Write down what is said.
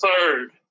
third